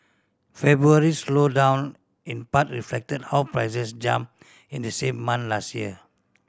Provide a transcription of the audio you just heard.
February slowdown in part reflected how prices jump in the same month last year